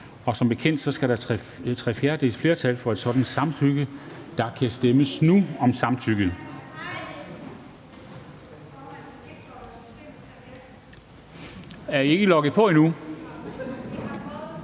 5. Som bekendt skal der tre fjerdedeles flertal for et sådant samtykke. Der kan stemmes nu om samtykket. Afstemningen